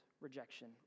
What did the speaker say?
Rejection